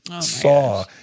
saw